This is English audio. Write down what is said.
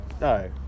No